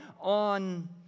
on